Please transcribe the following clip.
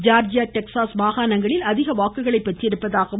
Georgia Texas மாகாணங்களில் அதிக வாக்குகளை பெற்றிருப்பதாகவும்